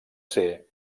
ser